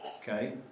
Okay